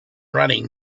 running